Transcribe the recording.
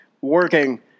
working